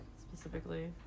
specifically